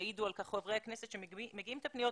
יעידו על כך חברי הכנסת שמקבלים את הפניות.